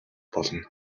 болно